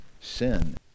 sin